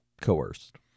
coerced